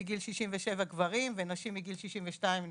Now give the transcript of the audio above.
מגיל 67 גברים, ונשים מגיל 62.8,